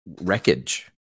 wreckage